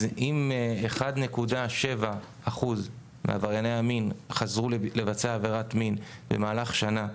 אז אם 1.7% מעברייני המין חזרו לבצע עבירת מין במהלך שנה,